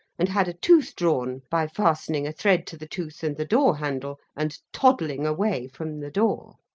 and had a tooth drawn by fastening a thread to the tooth and the door-handle, and toddling away from the door.